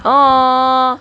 !aww!